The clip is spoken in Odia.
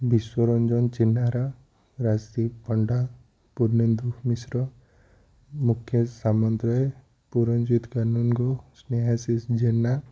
ବିଶ୍ୱରଞ୍ଜନ ଚିନ୍ନାର ରାଜଦୀପ ପଣ୍ଡା ପୁର୍ନେନ୍ଦୁ ମିଶ୍ର ମୁକେଶ ସାମନ୍ତରାୟ ପୂରଣଜିତ କାନୁନଗୋ ସ୍ନେହାଶିଷ ଜେନା